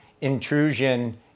intrusion